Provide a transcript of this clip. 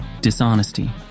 dishonesty